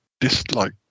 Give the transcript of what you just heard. dislike